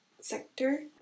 sector